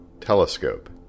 Telescope